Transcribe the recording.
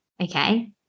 Okay